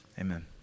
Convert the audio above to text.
amen